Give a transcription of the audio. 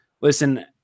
listen